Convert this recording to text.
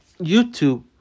YouTube